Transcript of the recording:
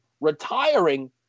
retiring